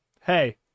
Hey